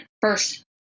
first